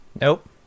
Nope